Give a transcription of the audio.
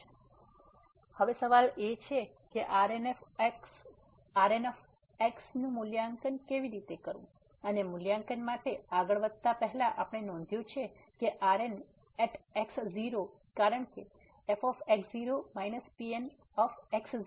તેથી હવે સવાલ એ છે કે આ Rn નું મૂલ્યાંકન કેવી રીતે કરવું અને મૂલ્યાંકન માટે આગળ વધતા પહેલા આપણે નોંધ્યું છે કે Rn at x0 કારણ કે fx0 Pn